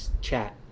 chat